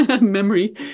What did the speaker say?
memory